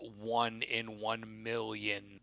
one-in-one-million